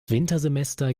wintersemester